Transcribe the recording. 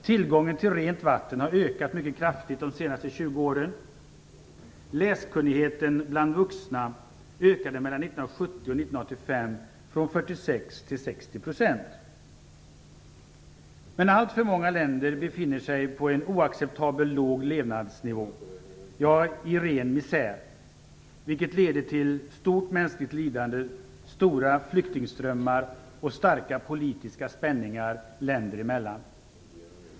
Tillgången till rent vatten har ökat mycket kraftigt de senaste Men alltför många länder befinner sig på en oacceptabelt låg levnadsnivå, ja, i ren misär, vilket leder till stort mänskligt lidande, stora flyktingströmmar och starka politiska spänningar länder emellan.